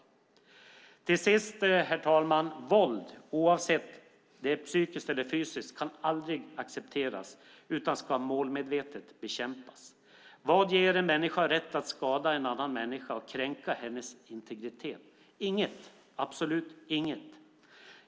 Slutligen, herr talman, vill jag säga att våld, oavsett om det är psykiskt eller psykiskt, aldrig kan accepteras utan ska målmedvetet bekämpas. Vad ger en människa rätt att skada en annan människa och kränka hennes integritet? Inget, absolut inget!